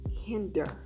hinder